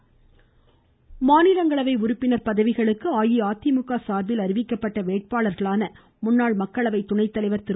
மாநிலங்கவை மாநிலங்கவை உறுப்பினர் பதவிகளுக்கு அஇஅதிமுக சார்பில் அறிவிக்கப்பட்ட வேட்பாளர்களான முன்னாள் மக்களவை துணைத்தலைவர் திரு